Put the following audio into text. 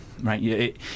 right